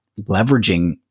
leveraging